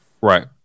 right